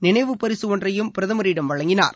நினைவு பரிசு ஒன்றையும் பிரதமரிடம் வழங்கினார்